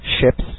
ships